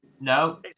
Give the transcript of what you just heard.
No